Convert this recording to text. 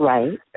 Right